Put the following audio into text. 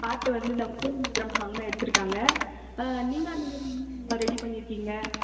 பாட்டு வந்து இந்த சாங் தான் எடுத்திருக்காங்க நீங்கள் அந்தமாதிரி என்ன ரெடி பண்ணியிருக்கீங்க